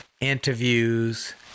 interviews